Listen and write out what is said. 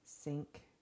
sink